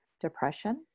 depression